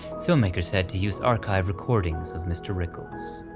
filmmakers had to use archive recordings of mr. rickles.